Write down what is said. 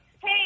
Hey